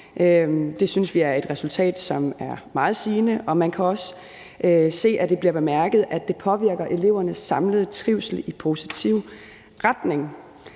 Det synes vi er et resultat, som er meget sigende. Man kan også se, at det bliver bemærket, at det påvirker elevernes samlede trivsel i positiv retning.